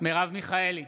מרב מיכאלי,